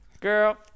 Girl